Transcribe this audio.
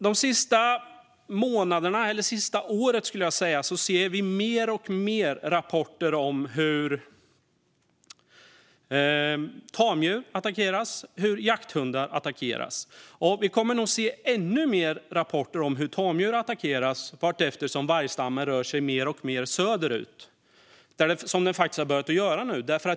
Det senaste året har vi sett fler och fler rapporter om hur tamdjur och jakthundar attackerats. Vi kommer nog att få se ännu fler rapporter om hur tamdjur attackeras vartefter som vargstammen rör sig mer och mer söderut, som den nu faktiskt har börjat göra.